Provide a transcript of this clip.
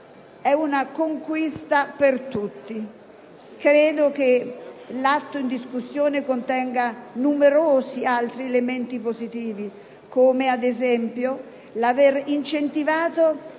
una conquista per tutti. Credo che l'atto in discussione contenga numerosi altri elementi positivi come, per esempio, l'aver incentivato